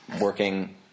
working